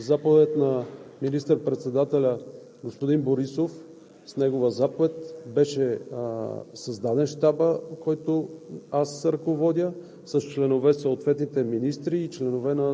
работен ден, в изпълнение на Закона за бедствия, със заповед на министър-председателя господин Борисов беше създаден Щабът, който